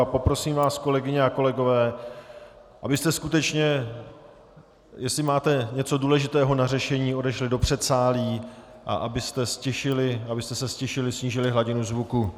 Poprosím vás, kolegyně a kolegové, abyste skutečně, jestli máte něco důležitého na řešení, odešli do předsálí a abyste se ztišili, snížili hladinu zvuku.